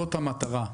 זאת המטרה.